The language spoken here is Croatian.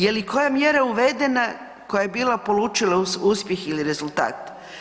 Je li koja mjera uvedena koja je bila polučila uspjeh ili rezultat?